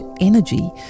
energy